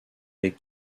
les